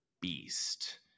beast